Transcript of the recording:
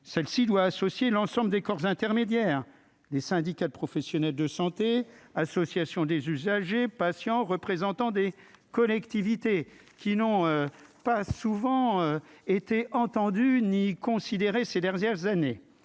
celle-ci doit associer l'ensemble des corps intermédiaires, les syndicats de professionnels de santé, association des usagers patients, représentants des collectivités qui n'ont pas souvent été entendus ni considérer ces dernières années,